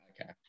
Okay